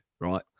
right